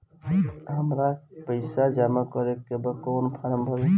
हमरा पइसा जमा करेके बा कवन फारम भरी?